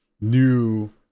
new